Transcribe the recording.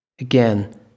Again